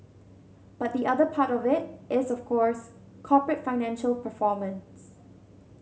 but the other part of it is of course corporate financial performance